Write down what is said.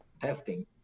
testing